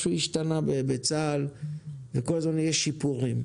משהו השתנה בצה"ל וכל הזמן יש שיפורים.